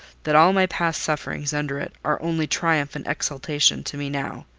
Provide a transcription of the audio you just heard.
that all my past sufferings under it are only triumph and exultation to me now.